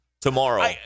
tomorrow